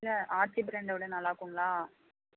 இல்லை ஆச்சி ப்ராண்டை விட நல்லாயிருக்குங்களா